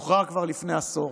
שוחרר כבר לפני עשור,